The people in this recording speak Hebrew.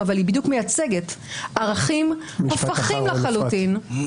אבל היא מייצגת בדיוק ערכים הפוכים לחלוטין -- משפט אחרון,